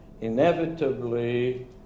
inevitably